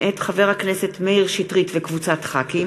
מאת חברי הכנסת מאיר שטרית, עמרם